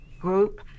group